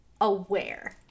aware